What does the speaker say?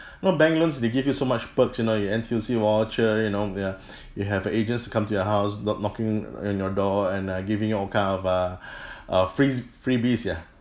know bank loans they give you so much perks you know your N_T_U_C voucher you know ya you have agents to come to your house kno~ knocking on your door and uh giving you all kind of uh uh free freebies ya